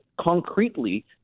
concretely